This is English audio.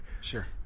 Sure